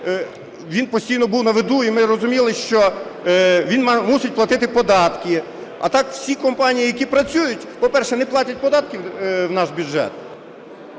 він постійно був на виду і ми розуміли, що він мусить платити податки. А так всі компанії, які працюють, по-перше, не платять податки в наш бюджет…